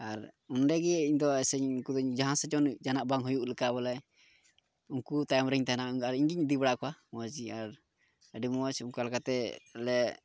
ᱟᱨ ᱚᱸᱰᱮ ᱜᱮ ᱤᱧᱫᱚ ᱮᱭᱥᱮᱧ ᱩᱱᱠᱩ ᱫᱚ ᱡᱟᱦᱟᱸ ᱥᱮᱫ ᱵᱟᱝ ᱦᱩᱭᱩᱜ ᱞᱮᱠᱟ ᱵᱚᱞᱮ ᱩᱱᱠᱩ ᱛᱟᱭᱚᱢ ᱨᱤᱧ ᱛᱟᱦᱮᱱᱟ ᱟᱨ ᱤᱧ ᱜᱤᱧ ᱤᱫᱤ ᱵᱟᱲᱟ ᱠᱚᱣᱟ ᱢᱚᱡᱽ ᱜᱮ ᱟᱨ ᱟᱹᱰᱤ ᱢᱚᱡᱽ ᱚᱱᱠᱟ ᱞᱮᱠᱟᱛᱮᱞᱮ